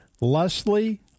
Leslie